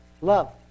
love